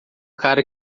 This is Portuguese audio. cara